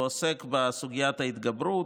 הוא עוסק בסוגיית ההתגברות,